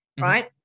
right